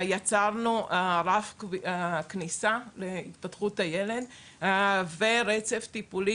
יצרנו רף כניסה להתפתחות הילד ורצף טיפולי